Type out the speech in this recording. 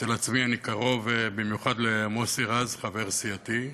אצל עצמי אני קרוב במיוחד למוסי רז, חבר סיעתי,